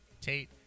Tate